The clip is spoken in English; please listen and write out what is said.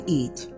eat